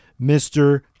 Mr